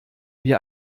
wie